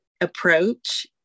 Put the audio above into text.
approach